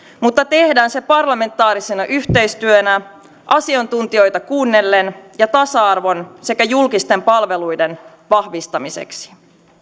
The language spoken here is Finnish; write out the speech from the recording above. mutta tehdään se parlamentaarisena yhteistyönä asiantuntijoita kuunnellen ja tasa arvon sekä julkisten palveluiden vahvistamiseksi